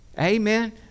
Amen